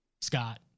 Scott